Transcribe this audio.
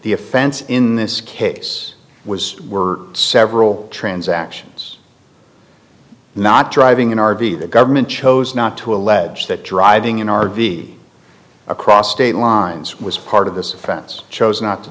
offense in this case was were several transactions not driving an r v the government chose not to allege that driving an r v across state lines was part of this offense chose not to